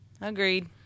Agreed